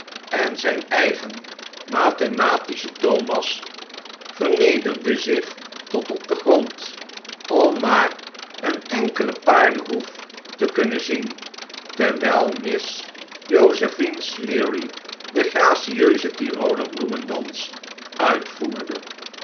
en zijn eigen mathematische thomas vernederde zich tot op den grond om maar een enkelen paardenhoef te kunnen zien terwijl miss josephine sleary den gracieusentyroler bloemendans uitvoerde